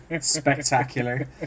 spectacular